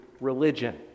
religion